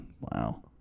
Wow